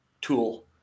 tool